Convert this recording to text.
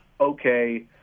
okay